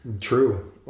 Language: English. True